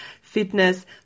fitness